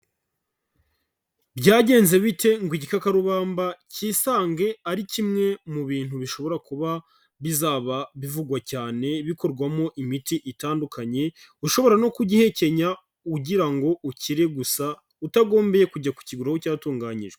Byagenze bite ngo igikakarubanmba kisange ari kimwe mu bintu bishobora kuba bizaba bivugwa cyane bikorwamo imiti itandukanye, ushobora no kugihekenya ugira ngo ukire gusa, utagombye kujya ku kigura aho cyatunganyijwe.